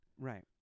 right